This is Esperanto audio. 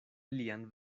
lian